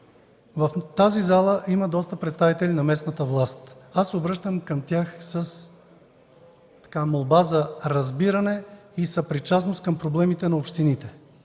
В тази зала има доста представители на местната власт. Обръщам се към тях с молба за разбиране и съпричастност към проблемите на общините.